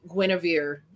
Guinevere